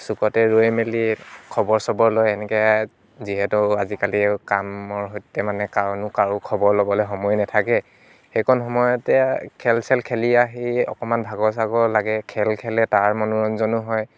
চুকতে ৰৈ মেলি খবৰ চবৰ লৈ এনেকৈ যিহেতু আজিকালি কামৰ সৈতে মানে কানো কাৰো খবৰ ল'বলৈ সময় নাথাকে সেইকণ সময়তে খেল চেল খেলি আহি অকণমান ভাগৰ চাগৰ লাগে খেল খেলে তাৰ মনোৰঞ্জনো হয়